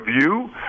view